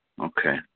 Okay